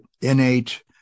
innate